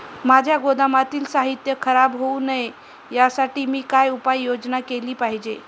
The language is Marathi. माझ्या गोदामातील साहित्य खराब होऊ नये यासाठी मी काय उपाय योजना केली पाहिजे?